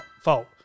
fault